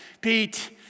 Pete